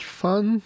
fun